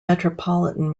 metropolitan